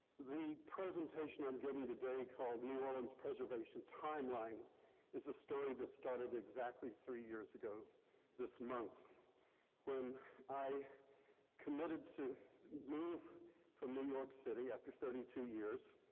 the presentation i'm giving today called new orleans preservation timeline is a story that started exactly three years ago this month when i committed to move from new york city, after thirty two years,